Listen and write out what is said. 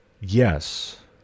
Yes